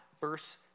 verse